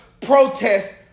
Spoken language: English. protest